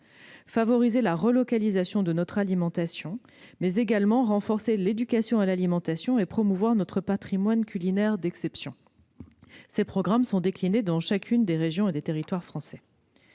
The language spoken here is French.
favoriser la relocalisation de notre alimentation, mais également de renforcer l'éducation à l'alimentation et de promouvoir notre patrimoine culinaire d'exception. Ces programmes sont déclinés dans chacune des régions et des territoires français.